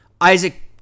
Isaac